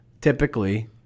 typically